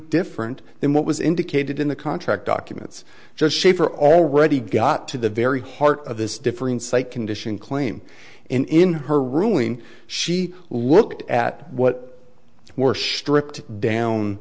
different than what was indicated in the contract documents just schafer already got to the very heart of this difference a condition claim in her ruling she looked at what more strict down